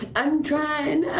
and i'm trying.